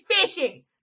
fishing